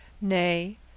Nay